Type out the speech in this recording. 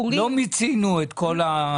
לא מיצינו את כל הדיון.